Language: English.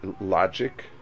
logic